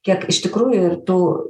kiek iš tikrųjų ir tų